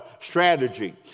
strategy